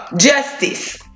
Justice